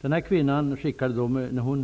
När denna kvinna